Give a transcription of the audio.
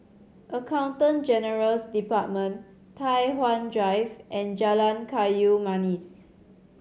Accountant General's Department Tai Hwan Drive and Jalan Kayu Manis